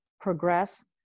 progress